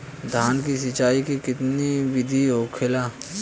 धान की सिंचाई की कितना बिदी होखेला?